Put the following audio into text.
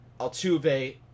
Altuve